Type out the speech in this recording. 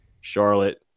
Charlotte